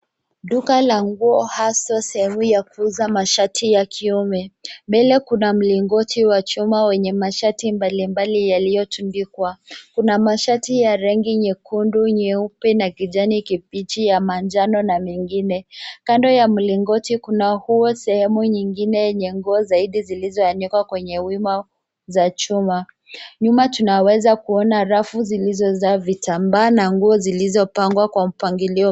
Duka la nguo hasa sehemu ya kuuza mashati ya kiume. Mbele kuna mlingoti wa chuma wenye mashati mbalimbali yaliyotundikwa. Kuna mashati ya rangi nyekundu, nyeupe na kijani kibichi, ya manjano na mengine. Kando ya mlingoti kuna huo sehemu nyingine, yenye nguo zaidi, zilizoanikwa kwenye wima za chuma. Nyuma tunaweza kuona rafu zilizojaa vitambaa na nguo zilizo pangwa kwa mpangilio.